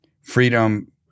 freedom